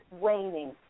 waning